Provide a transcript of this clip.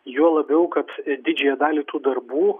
juo labiau kad didžiąją dalį tų darbų